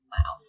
Wow